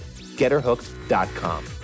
GetHerHooked.com